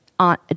on